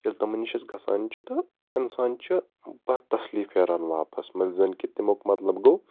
ییٚلہِ تِمَن نِش أسۍ گژھان چھِ تہٕ اِنسان چھِ پَتہٕ تَسلی پھیران واپس ییٚلہِ زَنہٕ کہِ تمیُک مطلب گوٚو